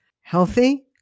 healthy